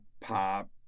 pop